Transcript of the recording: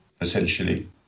essentially